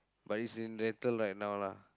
but it's in rental right now lah